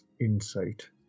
insight